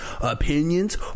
opinions